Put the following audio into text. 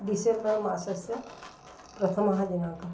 December मासस्य प्रथमः दिनाङ्कः